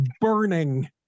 burning